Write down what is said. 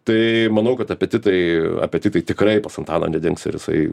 tai manau kad apetitai apetitai tikrai pas antaną nedings ir jisai